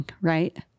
Right